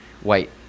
white